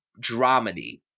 dramedy